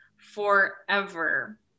forever